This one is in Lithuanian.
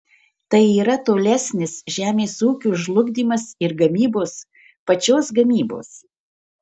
tai yra tolesnis žemės ūkio žlugdymas ir gamybos pačios gamybos